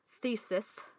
thesis